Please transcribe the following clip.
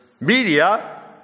media